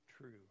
true